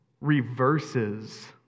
reverses